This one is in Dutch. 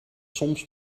soms